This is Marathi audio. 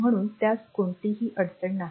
म्हणून त्यास कोणतीही अडचण नाही